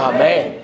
Amen